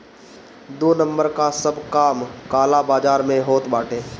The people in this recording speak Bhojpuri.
दू नंबर कअ सब काम काला बाजार में होत बाटे